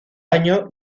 año